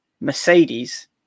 Mercedes